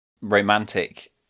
romantic